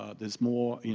ah there's more.